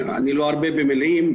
ארבה במילים.